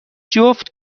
جفت